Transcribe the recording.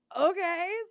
Okay